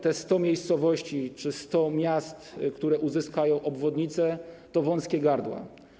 Te 100 miejscowości czy 100 miast, które uzyskają obwodnice, to wąskie gardła.